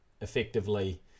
effectively